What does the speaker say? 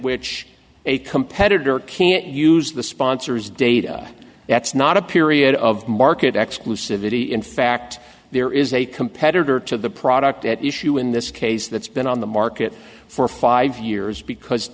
which a competitor can't use the sponsors data that's not a period of market exclusivity in fact there is a competitor to the product at issue in this case that's been on the market for five years because